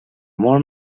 molt